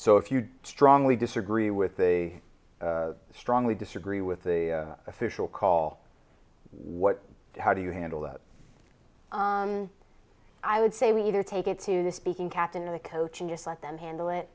if you strongly disagree with they strongly disagree with the official call what how do you handle that i would say we either take it to the speaking captain or the coach and just let them handle it